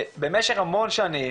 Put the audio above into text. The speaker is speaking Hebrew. במשך המון שנים